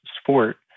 sport